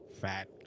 Fat